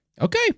Okay